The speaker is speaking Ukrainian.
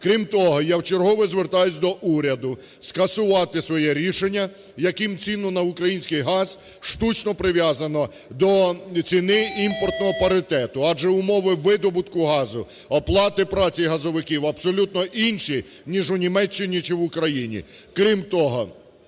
Крім того, я вчергове звертаюсь до уряду скасувати своє рішення, яким ціну на український газ штучно прив'язано до ціни імпортного паритету, адже умови видобутку газу, оплати праці газовиків абсолютно інші, ніж у Німеччині чи в Україні. Крім того,